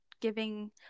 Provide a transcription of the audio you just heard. giving